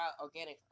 organic